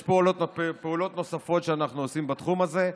יש פעולות נוספות שאנחנו עושים בתחום הזה.